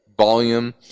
volume